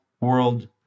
world